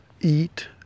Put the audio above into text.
eat